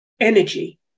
energy